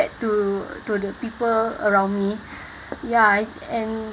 to to the people around me ya and